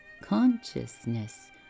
consciousness